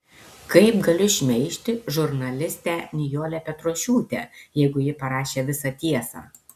kaip galiu šmeižti žurnalistę nijolę petrošiūtę jeigu ji parašė visą tiesą